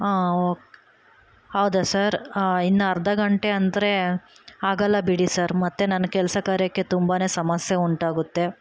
ಹಾನ್ okay ಹೌದಾ sir ಇನ್ನೂ ಅರ್ಧ ಗಂಟೆ ಅಂದರೆ ಆಗಲ್ಲ ಬಿಡಿ ಸರ್ ಮತ್ತೆ ನಾನು ಕೆಲಸ ಕಾರ್ಯಕ್ಕೆ ತುಂಬನೇ ಸಮಸ್ಯೆ ಉಂಟಾಗುತ್ತೆ